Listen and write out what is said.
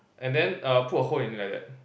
and then err put a hole in it like that